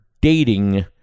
dating